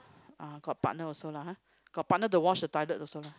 uh got partner also lah !huh! got partner to wash the toilet also lah